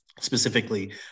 specifically